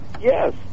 yes